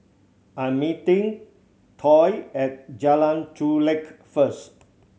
I'm meeting Toy at Jalan Chulek first